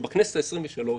שבכנסת העשרים-ושלוש